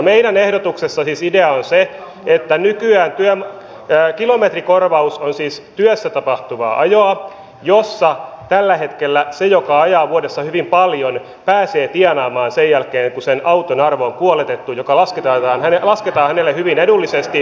meidän ehdotuksessamme idea on se että kilometrikorvaus on työssä tapahtuvaa ajoa jossa tällä hetkellä se joka ajaa vuodessa hyvin paljon pääsee tienaamaan rahaa sen jälkeen kun sen auton arvo on kuoletettu joka lasketaan hänelle hyvin edullisesti